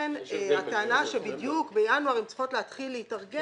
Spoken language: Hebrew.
ולכן הטענה שבדיוק בינואר הן צריכות להתחיל להתארגן,